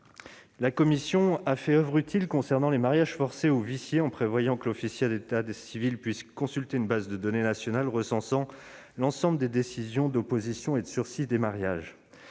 La commission a fait oeuvre utile concernant les mariages forcés ou viciés, en prévoyant que l'officier d'état civil puisse consulter une base de données nationale recensant l'ensemble des décisions d'opposition et de sursis à mariage.